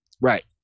Right